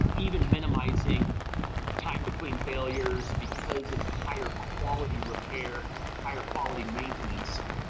even minimizing time between failures because it's a higher quality repair higher quality maintenance.